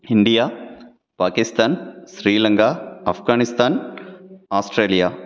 India Pakistan Sri Lanka Afghanistan Australia